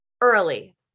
early